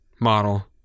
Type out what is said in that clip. model